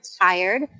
tired